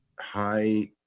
high